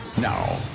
now